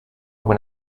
when